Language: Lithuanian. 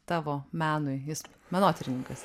tavo menui jis menotyrininkas